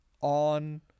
on